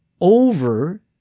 over